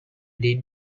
did